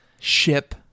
ship